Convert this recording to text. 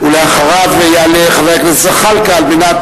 אחריו יעלה חבר הכנסת זחאלקה על מנת